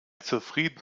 zufrieden